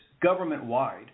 government-wide